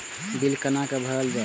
Bill कैना भरल जाय?